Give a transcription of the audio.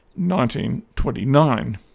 1929